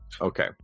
Okay